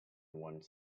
one